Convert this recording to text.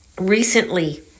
recently